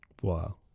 Wow